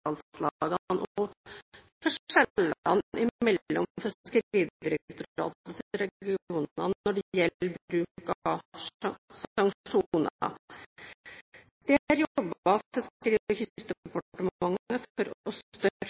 forskjellene mellom Fiskeridirektoratets regioner når det gjelder bruk av sanksjoner. Fiskeri- og